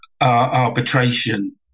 arbitration